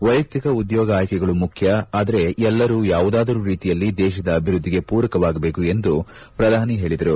ವೈಯಕ್ತಿಕ ಉದ್ಯೋಗ ಆಯ್ಕೆಗಳು ಮುಖ್ಯ ಆದರೆ ಎಲ್ಲರೂ ಯಾವುದಾದರೂ ರೀತಿಯಲ್ಲಿ ದೇಶದ ಅಭಿವೃದ್ದಿಗೆ ಪೂರಕವಾಗಬೇಕು ಎಂದು ಪ್ರಧಾನಿ ಅವರು ಹೇಳಿದರು